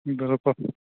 بِلکُل